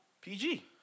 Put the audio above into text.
PG